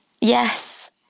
Yes